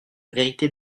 vérité